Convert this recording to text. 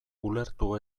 ulertu